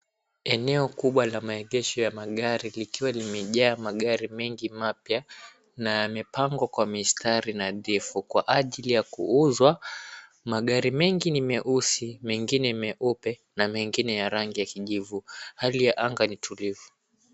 Eneo kubwa la maegesho ya magari likiwa limejaa magari mengi mapya na yamepangwa kwa mstari nadhifu kwa ajili ya kuuzwa. Magari mengi ni meusi mengine ni meupe na mengine ya rangi ya kijivu. Hali ya anga ni tulivu.